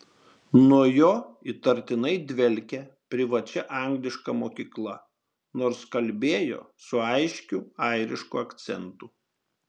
nuo jo įtartinai dvelkė privačia angliška mokykla nors kalbėjo su aiškiu airišku akcentu